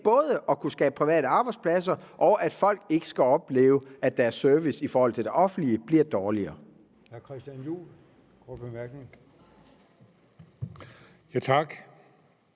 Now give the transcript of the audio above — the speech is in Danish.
både at kunne skabe private arbejdspladser og at undgå, at folk skal opleve, at servicen i det offentlige bliver dårligere.